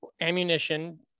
ammunition